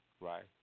right